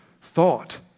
thought